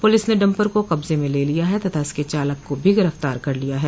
police ने dumper को कब्जे में ले लिया है तथा इसके चालक को भी गिरफ्तार कर लिया है